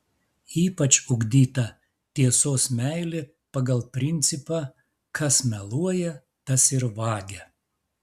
ypač ugdyta tiesos meilė pagal principą kas meluoja tas ir vagia